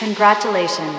Congratulations